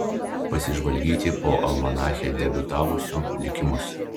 pasižvalgyti po almanache debiutavusių likimus